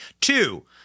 Two